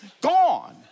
gone